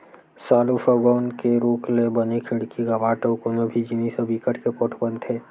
साल अउ सउगौन के रूख ले बने खिड़की, कपाट अउ कोनो भी जिनिस ह बिकट के पोठ बनथे